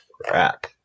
crap